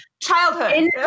childhood